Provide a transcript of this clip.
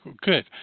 good